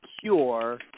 cure